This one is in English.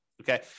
okay